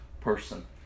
person